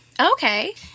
Okay